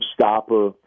stopper